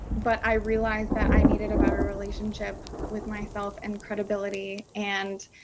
but i realized that i needed a better relationship with myself and credibility. and